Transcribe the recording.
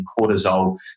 cortisol